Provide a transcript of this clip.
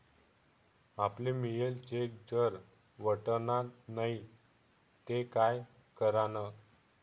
आपले मियेल चेक जर वटना नै ते काय करानं?